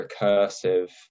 recursive